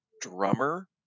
drummer